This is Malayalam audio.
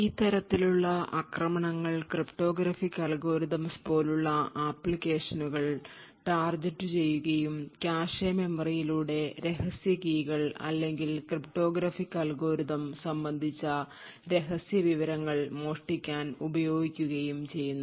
ഈ തരത്തിലുള്ള ആക്രമണങ്ങൾ ക്രിപ്റ്റോഗ്രാഫിക് അൽഗോരിതംസ് പോലുള്ള ആപ്ലിക്കേഷനുകൾ ടാർഗെറ്റുചെയ്യുകയും കാഷെ മെമ്മറിയിലൂടെ രഹസ്യ കീകൾ അല്ലെങ്കിൽ ക്രിപ്റ്റോഗ്രാഫിക് അൽഗോരിതം സംബന്ധിച്ച രഹസ്യ വിവരങ്ങൾ മോഷ്ടിക്കാൻ ഉപയോഗിക്കുകയും ചെയ്യുന്നു